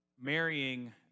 marrying